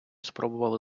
спробували